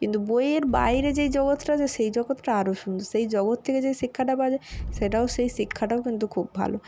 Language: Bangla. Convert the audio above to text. কিন্তু বইয়ের বাইরে যেই জগতটা আছে সেই জগতটা আরও সুন্দর সেই জগৎ থেকে যে শিক্ষাটা পাওয়া যায় সেটাও সেই শিক্ষাটাও কিন্তু খুব ভালো